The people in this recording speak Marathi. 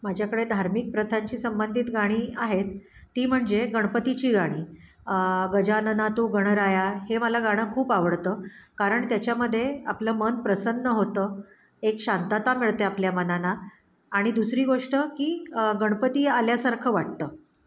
माझ्याकडे धार्मिक प्रथांशी संबंधित गाणी आहेत ती म्हणजे गणपतीची गाणी गजानना तू गणराया हे मला गाणं खूप आवडतं कारण त्याच्यामध्ये आपलं मन प्रसन्न होतं एक शांतता मिळते आपल्या मनाला आणि दुसरी गोष्ट की गणपती आल्यासारखं वाटतं